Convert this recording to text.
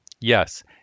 Yes